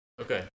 Okay